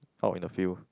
out in the field